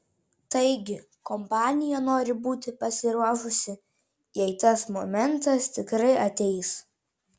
taigi kompanija nori būti pasiruošusi jei tas momentas tikrai ateis